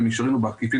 במישרין או בעקיפין,